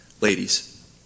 ladies